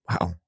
Wow